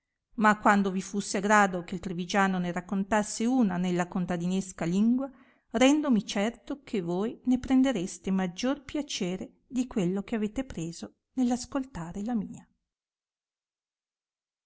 ma quando vi fusse a grado che trivigiano ne raccontasse una nella contadinesca lingua rendomi certo che voi ne prendereste maggior piacere di quello che avete preso nell ascoltare la mia